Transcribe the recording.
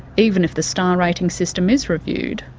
even if the star rating system is reviewed,